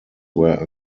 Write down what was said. were